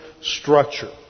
structure